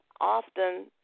often